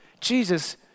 Jesus